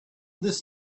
this